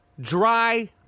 dry